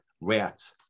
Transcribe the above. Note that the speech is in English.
rats